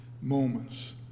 moments